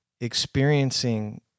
experiencing